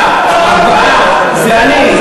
לחודש-חודשיים-שלושה-ארבעה, זה אני.